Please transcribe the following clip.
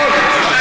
יכול,